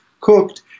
cooked